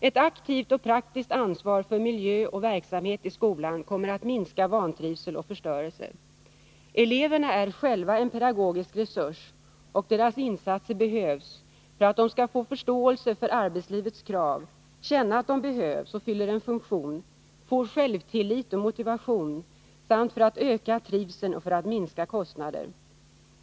Ett aktivt och praktiskt ansvar för miljö och verksamhet i skolan kommer att minska vantrivsel och förstörelse. Eleverna är själva en pedagogisk resurs, och deras insatser behövs för att de skall få förståelse för arbetslivets krav, känna att de behövs och fyller en funktion, få självtillit och motivation samt för att öka trivseln och för att minska kostnader.